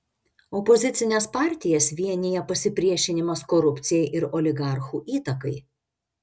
opozicines partijas vienija pasipriešinimas korupcijai ir oligarchų įtakai